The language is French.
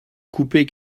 couper